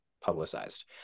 publicized